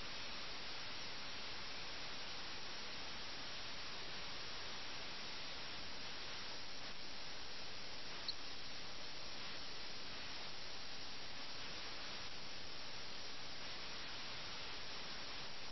ആയതിനാൽ ഈ സമൂഹത്തിലെ എല്ലാവരും എല്ലാ തട്ടിലുള്ള ആളുകളും സമൂഹത്തിലെ എല്ലാവരും ദുഷിക്കപ്പെട്ടു അധഃപതിച്ചിരിക്കുന്നു അവരെല്ലാം അടിമകളായിത്തീർന്നിരിക്കുന്നു രാജാവ് മുതൽ പാവപ്പെട്ടവൻ വരെ ഈ സുഖഭോഗങ്ങളിൽ മുഴുകിയിരിക്കുന്നു